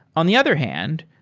on the other hand,